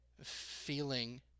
Feeling